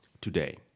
Today